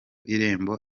irembo